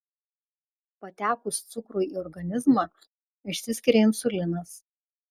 patekus cukrui į organizmą išsiskiria insulinas